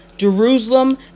Jerusalem